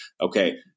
okay